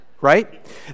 Right